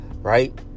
right